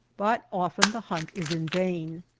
but often the hunt is in vain,